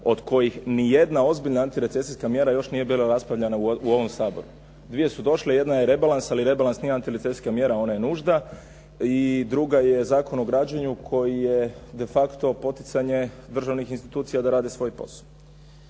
od kojih ni jedna ozbiljna antirecesijska mjera još nije bila raspravljena u ovom Saboru. Dvije su došle, jedna je rebalans, ali rebalans nije antirecesijska mjera, ona je nužda i druga je Zakon o građenju koji je de facto poticanje državnih institucija da rade svoj posao.